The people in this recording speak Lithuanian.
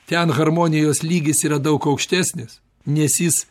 ten harmonijos lygis yra daug aukštesnis nes jis